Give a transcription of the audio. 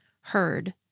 heard